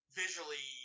visually